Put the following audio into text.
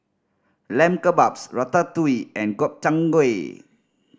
Lamb Kebabs Ratatouille and Gobchang Gui